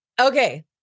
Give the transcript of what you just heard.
okay